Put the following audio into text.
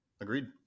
Agreed